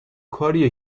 کاریه